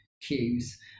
cues